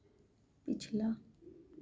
पिछला